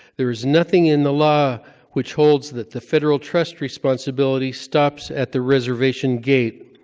there is nothing in the law which holds that the federal trust responsibility stops at the reservation gate,